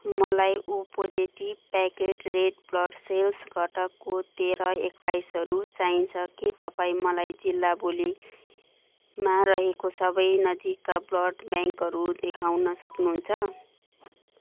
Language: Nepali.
मलाई O positive packed red blood cells घटकको तेह्र एकाइसहरू चाहिन्छ के तपाईँँ मलाई जिल्ला बोलीमा रहेको सबै नजिकका ब्लड ब्याङ्कहरू देखाउन सक्नुहुन्छ